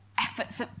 efforts